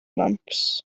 lumps